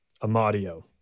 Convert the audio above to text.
Amadio